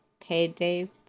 payday